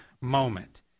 moment